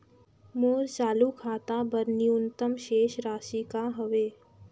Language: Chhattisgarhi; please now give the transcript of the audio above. मोर चालू खाता बर न्यूनतम शेष राशि का हवे?